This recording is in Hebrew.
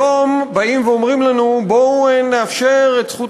היום באים ואומרים לנו: בואו נאפשר את זכות